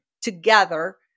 together